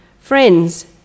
friends